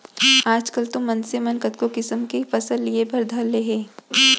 आजकाल तो मनसे मन कतको किसम के फसल लिये बर धर ले हें